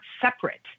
separate